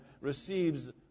receives